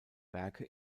werke